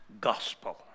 gospel